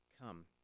come